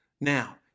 Now